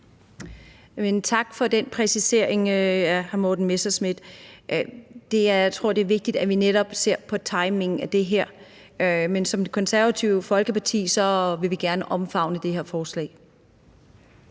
tak for den præcisering, hr. Morten Messerschmidt. Jeg tror, det er vigtigt, at vi netop ser på timingen af det her. Men i Det Konservative Folkeparti vil vi gerne omfavne det her forslag.